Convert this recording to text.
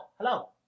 hello